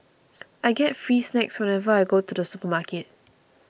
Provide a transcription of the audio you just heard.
I get free snacks whenever I go to the supermarket